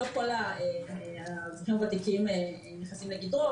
לא כל האזרחים הוותיקים נכנסים תחתיו,